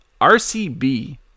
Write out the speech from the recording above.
rcb